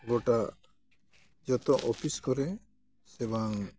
ᱜᱳᱴᱟ ᱡᱚᱛᱚ ᱚᱯᱷᱤᱥ ᱠᱚᱨᱮ ᱥᱮ ᱵᱟᱝ